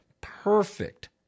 perfect